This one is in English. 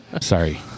Sorry